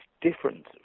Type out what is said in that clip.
different